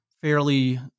fairly